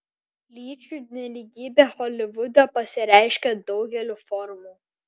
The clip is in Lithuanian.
lyčių nelygybė holivude pasireiškia daugeliu formų